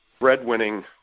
breadwinning